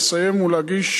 לסיים ולהגיש,